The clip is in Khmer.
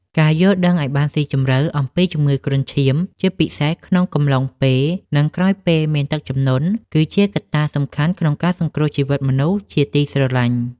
ការយល់ដឹងឱ្យបានស៊ីជម្រៅអំពីជំងឺគ្រុនឈាម ជាពិសេសក្នុងកំឡុងពេល និងក្រោយពេលមានទឹកជំនន់ គឺជាកត្តាសំខាន់ក្នុងការសង្គ្រោះជីវិតមនុស្សជាទីស្រឡាញ់។